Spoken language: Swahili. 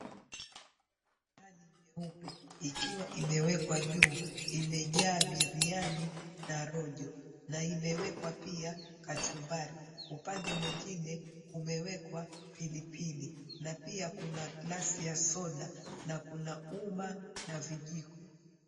Sahani nyeupe ikiwa imewekwa juu imejaa biriani na rojo na imewekwa pia kachumbari. Upande mwengine umewekwa pilipili na pia kuna glasi ya soda na kuna uma na vijiko.